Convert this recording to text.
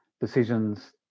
decisions